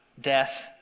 death